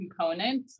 component